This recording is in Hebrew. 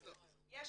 יובל,